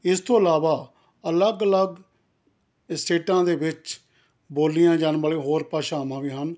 ਇਸ ਤੋਂ ਇਲਾਵਾ ਅਲੱਗ ਅਲੱਗ ਸਟੇਟਾਂ ਦੇ ਵਿੱਚ ਬੋਲੀਆਂ ਜਾਣ ਵਾਲੀਆਂ ਹੋਰ ਭਾਸ਼ਾਵਾਂ ਵੀ ਹਨ